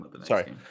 sorry